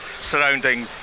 surrounding